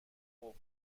خوب